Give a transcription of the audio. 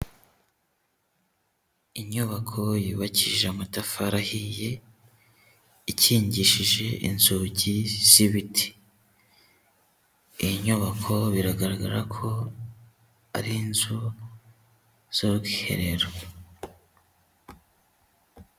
Inyubako yubakishije amatafari ahiye, ikingishije inzugi z'ibiti. Iyi nyubako biragaragara ko ari inzu z'ubwiherero.